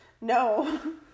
No